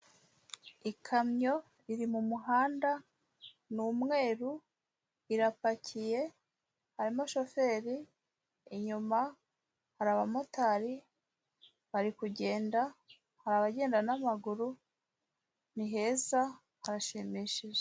Ikamyo iri mu muhanda, ni umweru, irapakiye, harimo shoferi, inyuma hari abamotari, bari kugenda, hari abagenda n'amaguru, ni heza, hashimishije.